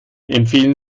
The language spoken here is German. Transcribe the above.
empfehlen